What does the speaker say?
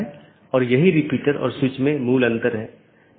2 update message routing जानकारी को BGP साथियों के बीच आदान प्रदान करता है